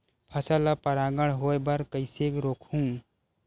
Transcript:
फसल ल परागण होय बर कइसे रोकहु?